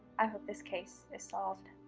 i hope this case is solved.